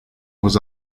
was